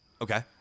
Okay